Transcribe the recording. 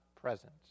presence